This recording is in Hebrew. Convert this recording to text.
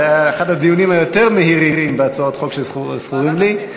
אחד הדיונים היותר-מהירים בהצעות החוק שזכורים לי.